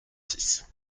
six